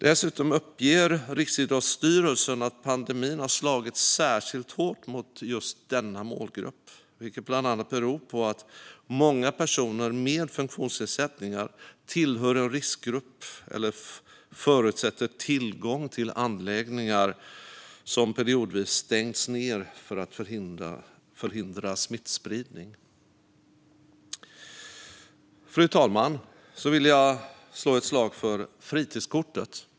Dessutom uppger Riksidrottsstyrelsen att pandemin har slagit särskilt hårt mot just denna målgrupp, vilket bland annat beror på att många personer med funktionsnedsättningar tillhör en riskgrupp eller har aktiviteter som förutsätter tillgång till anläggningar som periodvis stängts ned för att förhindra smittspridning. Fru talman! Så vill jag slå ett slag för fritidskortet.